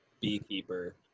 beekeeper